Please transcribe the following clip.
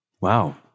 Wow